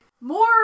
more